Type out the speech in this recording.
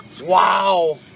Wow